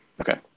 Okay